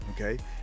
okay